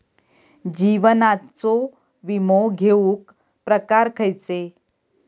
जीवनाचो विमो घेऊक प्रकार खैचे?